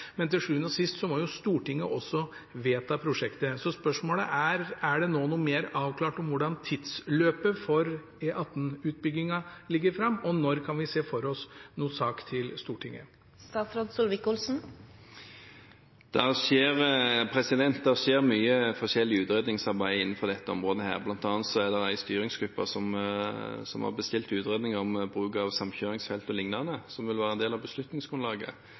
Men til syvende og sist må Stortinget vedta prosjektet. Så spørsmålet er: Er det nå mer avklart om hva tidshorisonten for E18-utbyggingen er? Når kan vi se for oss en sak til Stortinget? Det skjer mye forskjellig utredningsarbeid innenfor dette området. Blant annet er det en styringsgruppe som har bestilt utredning om bruk av samkjøringsfelt o.l., som vil være en del av beslutningsgrunnlaget.